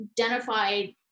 identified